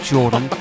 Jordan